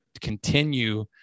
continue